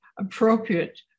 appropriate